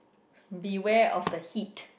be aware of the heat